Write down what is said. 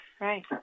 right